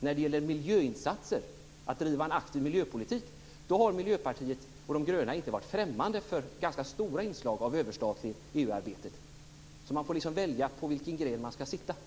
När det gäller miljöinsatser och att driva en aktiv miljöpolitik har Miljöpartiet och de gröna inte varit främmande för ganska stora inslag av överstatlighet i EU-arbetet. Man får välja vilken gren man skall sitta på.